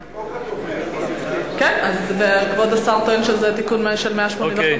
גם פה כתוב 186. כבוד השר טוען שזה תיקון של 185,